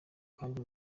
kandi